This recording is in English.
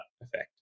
effect